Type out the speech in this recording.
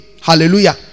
hallelujah